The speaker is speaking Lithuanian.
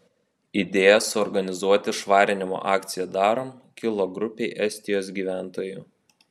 idėja suorganizuoti švarinimo akciją darom kilo grupei estijos gyventojų